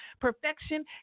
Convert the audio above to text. Perfection